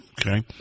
Okay